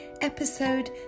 episode